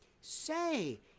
Say